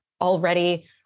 already